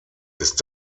ist